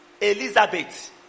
Elizabeth